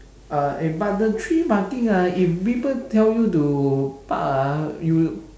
uh eh but the three parking ah if people tell you to park ah you